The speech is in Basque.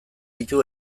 ditu